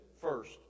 First